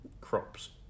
crops